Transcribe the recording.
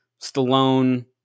Stallone